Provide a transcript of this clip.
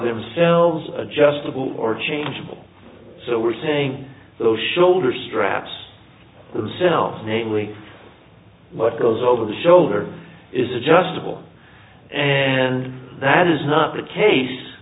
themselves adjustable or changeable so we're saying those shoulder straps themselves namely what goes over the shoulder is adjustable and that is not the case